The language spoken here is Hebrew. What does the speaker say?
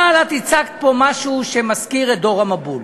אבל את הזכרת פה משהו שמזכיר את דור המבול: